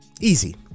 Easy